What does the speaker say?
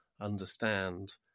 understand